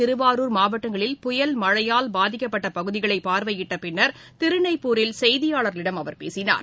திருவாரூர் மாவட்டங்களில் புயல் மழையால் பாதிக்கப்பட்டபகுதிகளைபார்வையிட்டபின்னர் நாகை திருநெய்ப்பூரில் செய்தியாளர்களிடம் அவர் பேசினார்